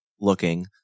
looking